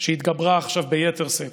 שהתגברה עכשיו ביתר שאת,